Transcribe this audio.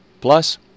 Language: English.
Plus